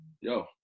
Yo